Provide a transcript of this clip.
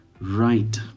right